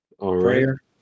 Prayer